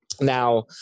now